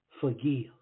Forgive